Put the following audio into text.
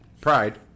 Pride